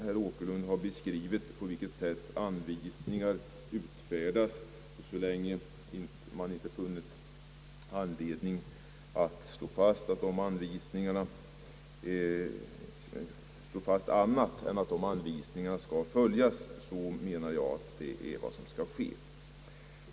Herr Åkerlund har beskrivit på vilket sätt anvisningar utfärdas. Så länge man inte funnit anledning att slå fast annat än att dessa anvisningar skall följas menar jag att det är vad som bör ske.